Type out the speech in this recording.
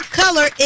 color